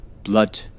Blood